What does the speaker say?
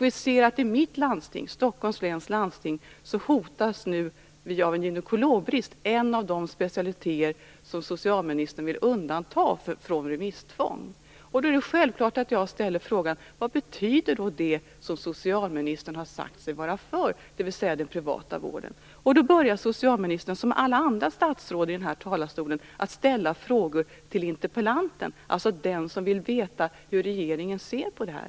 I mitt landsting, Stockholms läns landsting, hotas vi nu av en gynekologbrist, en av de specialiteter som socialministern vill undanta från remisstvång. Det är självklart att jag ställer frågan: Vad betyder det som socialministern har sagt sig vara för, dvs. den privata vården? Som alla andra statsråd i den här talarstolen börjar då socialministern ställa frågor till interpellanten, dvs. den som vill veta hur regeringen ser på detta.